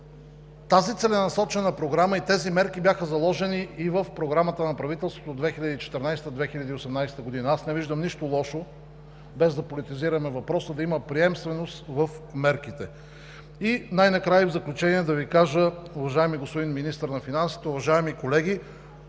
тази целенасочена програма и тези мерки бяха заложени и в Програмата на правителството 2014 –2018 г. Аз не виждам нищо лошо, без да политизираме въпроса, да има приемственост в мерките. В заключение ще Ви кажа, уважаеми господин Министър на финансите, уважаеми колеги,